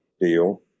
deal